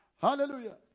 Hallelujah